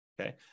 Okay